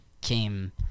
came